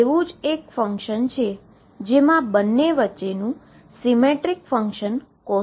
આ એક જ એવું ફંક્શન છે જેમા બંને વચ્ચેનું સીમેટ્રીક ફંક્શન cosine છે